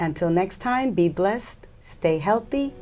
and till next time be blessed stay healthy